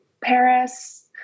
Paris